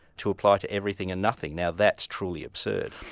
to apply to everything and nothing. now that's truly absurd.